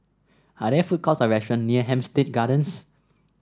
are there food courts or restaurant near Hampstead Gardens